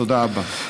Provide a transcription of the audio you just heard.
תודה רבה.